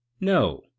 no